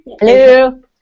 Hello